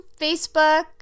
Facebook